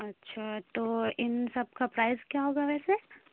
اچھا تو ان سب کا پرائس کیا ہوگا ویسے